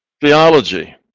theology